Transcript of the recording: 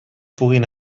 puguin